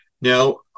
Now